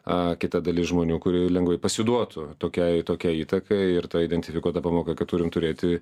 a kita dalis žmonių kurie lengvai pasiduotų tokiai tokia įtakai ir ta identifikuota pamoka kad turim turėti